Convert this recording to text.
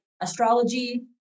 astrology